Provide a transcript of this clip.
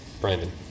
Brandon